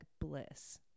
bliss